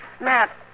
Matt